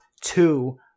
two